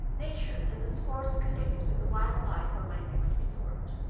nature and the sports connected with a wild life were my next resort.